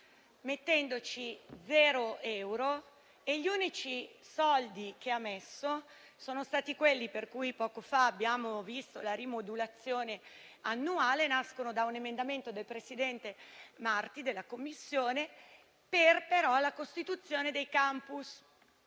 mettendoci zero euro. Gli unici soldi che ha messo, quelli per cui poco fa abbiamo visto la rimodulazione annuale, nascono da un emendamento del presidente della 7a Commissione Marti per la costituzione dei *campus*.